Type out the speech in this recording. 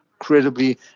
incredibly